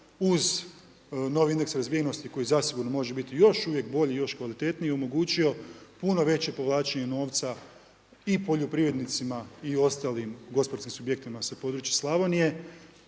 uz novi indeks razvijenosti koji zasigurno može biti još uvijek bolji, još kvalitetniji je omogućio puno veće povlačenje novca i poljoprivrednicima i ostalim gospodarskim subjektima sa područja Slavonije.